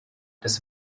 des